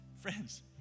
Friends